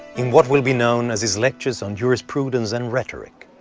in what will be known as his lectures on jurisprudence and rhetoric.